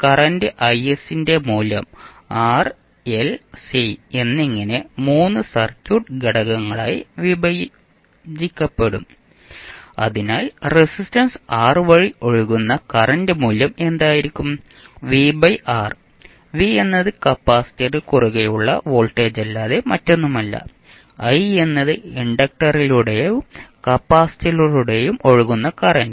current I s ന്റെ മൂല്യം R L C എന്നിങ്ങനെ 3 സർക്യൂട്ട് ഘടകങ്ങളായി വിഭജിക്കപ്പെടും അതിനാൽ റെസിസ്റ്റൻസ് R വഴി ഒഴുകുന്ന കറന്റ് മൂല്യം എന്തായിരിക്കും V ബൈ R V എന്നത് കപ്പാസിറ്ററിന് കുറുകെയുള്ള വോൾട്ടേജല്ലാതെ മറ്റൊന്നുമല്ല i എന്നത് ഇൻഡക്റ്ററിലൂടെയും കപ്പാസിറ്ററിലൂടെയും ഒഴുകുന്ന കറന്റ്